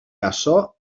açò